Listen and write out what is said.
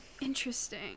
interesting